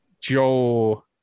Joe